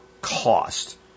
cost